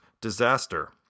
disaster